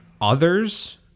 others